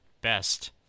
best